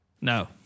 no